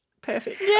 perfect